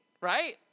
right